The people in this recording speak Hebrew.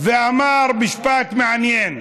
ואמר משפט מעניין,